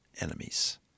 enemies